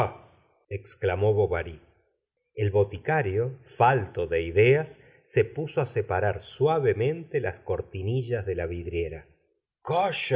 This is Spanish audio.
exclamó bovary el boticario falto de ideas se puso á separar suavemente las cortinillas de la vidriera